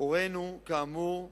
הורינו כאמור.